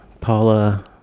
Paula